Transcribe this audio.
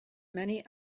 many